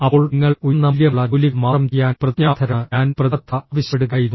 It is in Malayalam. അപ്പോൾ നിങ്ങൾ ഉയർന്ന മൂല്യമുള്ള ജോലികൾ മാത്രം ചെയ്യാൻ പ്രതിജ്ഞാബദ്ധരാണ് ഞാൻ പ്രതിബദ്ധത ആവശ്യപ്പെടുകയായിരുന്നു